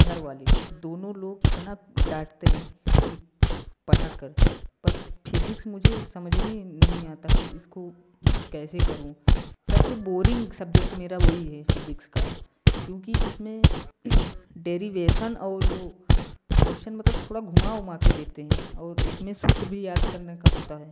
घर वाले दोनों लोग इतना डाँटते हैं कि पढ़ा कर पर फिजिक्स मुझे समझ में नहीं आता कि इसको कैसे करूँ सबसे बोरिंग सब्जेक्ट मेरा वही है फिजिक्स का क्योंकि इसमें डेरीवेसन और वो कोशन मतलब थोड़ा घूमा उमा कर देते हैं और इसमें सूत्र भी याद करने का होता है